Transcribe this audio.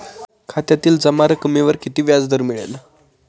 खात्यातील जमा रकमेवर किती व्याजदर मिळेल?